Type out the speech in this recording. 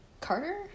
carter